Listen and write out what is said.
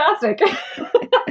fantastic